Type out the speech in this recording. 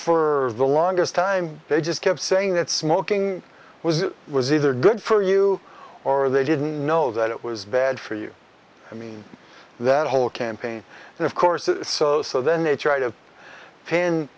for the longest time they just kept saying that smoking was was either good for you or they didn't know that it was bad for you i mean that whole campaign and of course so so then they try to pin